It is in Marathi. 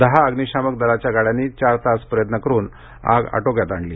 दहा अग्निशामक दलांच्या गाड्यांनी चार तास प्रयत्न करून आग आटोक्यात आणली